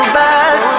back